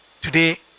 Today